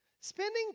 spending